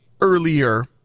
earlier